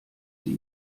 sie